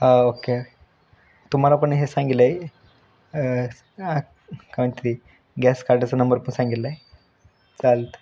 हा ओके तुम्हाला पण हे सांगेलय काय म्हणतं ते गॅस कार्डाचा नंबर पण सांगेलाय चालतं